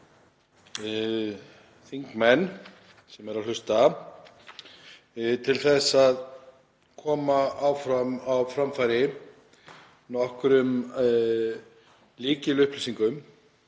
þingmenn sem eru að hlusta til að koma á framfæri nokkrum lykilupplýsingum,